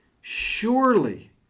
surely